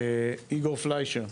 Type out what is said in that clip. איגור פליישר.